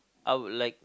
I would like